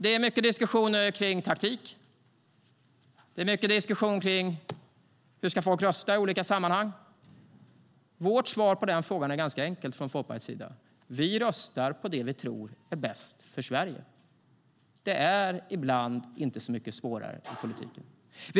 Det är mycket diskussion kring taktik och hur folk ska rösta i olika sammanhang. Folkpartiets svar på den frågan är ganska enkelt: Vi röstar på det vi tror är bäst för Sverige. Det är ibland inte så mycket svårare än så i politiken.